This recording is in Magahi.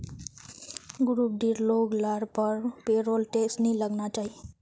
ग्रुप डीर लोग लार पर पेरोल टैक्स नी लगना चाहि